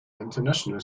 international